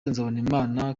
nzabonimpa